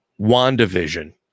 wandavision